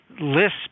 lists